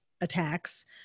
attacks